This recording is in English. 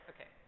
okay